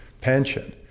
pension